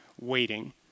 waiting